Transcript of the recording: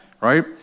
right